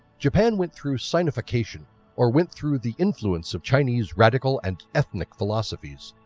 japan went through sinofication or went through the influence of chinese radical and ethnic philosophies.